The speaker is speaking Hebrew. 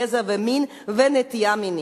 גזע ומין ונטייה מינית.